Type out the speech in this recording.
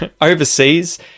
overseas